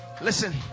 Listen